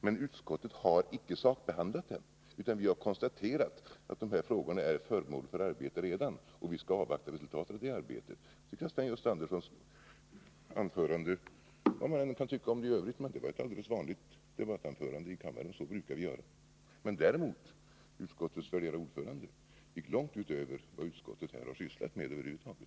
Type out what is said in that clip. Men utskottet har icke sakbehandlat den, utan vi har konstaterat att de här frågorna redan är föremål för arbete och att vi skall avvakta resultatet av det arbetet. Jag tycker alltså att Gösta Anderssons inlägg — vad man än kan tycka om det i övrigt — var ett alldeles vanligt debattanförande i kammaren. Sådana brukar vi hålla. Däremot gick utskottets värderade ordförande långt utöver vad utskottet här har sysslat med över huvud taget.